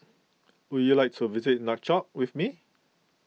would you like to visit Nouakchott with me